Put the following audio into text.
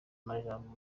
majambo